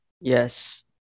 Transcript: Yes